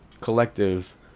collective